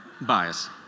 bias